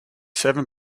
seven